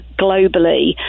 globally